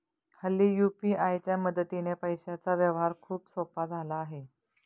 हल्ली यू.पी.आय च्या मदतीने पैशांचा व्यवहार खूपच सोपा झाला आहे